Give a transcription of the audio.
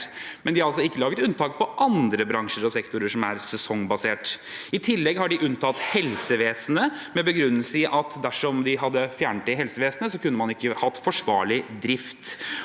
men de har ikke laget unntak for andre bransjer og sektorer som er sesongbasert. I tillegg har de unntatt helsevesenet, med begrunnelse i at dersom de hadde fjernet det i helsevesenet, kunne man ikke hatt forsvarlig drift.